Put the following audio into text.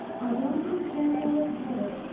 i don't even care where it's headed.